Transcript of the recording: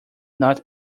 not